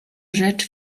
rzecz